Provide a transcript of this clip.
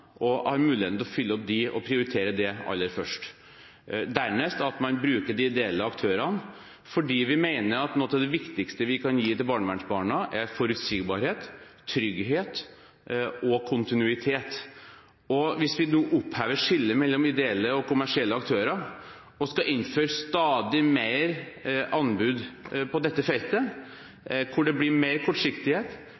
og har muligheten til å fylle opp dem og prioritere det aller først. Dernest bruker man de ideelle aktørene, fordi vi mener at noe av det viktigste vi kan gi til barnevernsbarna, er forutsigbarhet, trygghet og kontinuitet. Hvis vi nå opphever skillet mellom ideelle og kommersielle aktører og skal innføre stadig mer anbud på dette feltet,